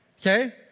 Okay